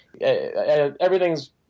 Everything's